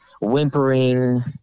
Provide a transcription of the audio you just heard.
whimpering